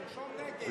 נתקבלה.